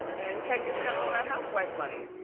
and kenya's counting on that housewife money,